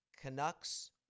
Canucks